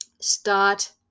start